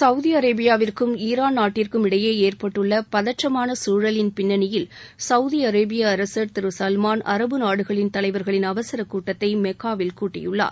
Saudi அரேபியாவிற்கும் ஈரான் நாட்டிற்கும் இடையே ஏற்பட்டுள்ள பதற்றமான சூழலின் பின்னணியில் சவுதி அரேபிய அரசர் திரு சல்மாள் அரபு நாடுகளின் தலைவர்களின் அவசர கூட்டத்தை மெக்காவில் கூட்டியுள்ளார்